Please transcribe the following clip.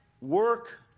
work